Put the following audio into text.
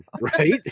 Right